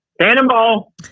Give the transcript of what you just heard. Cannonball